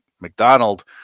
mcdonald